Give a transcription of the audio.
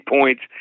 points